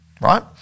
right